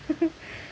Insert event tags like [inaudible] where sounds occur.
[noise]